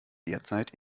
derzeit